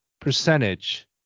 percentage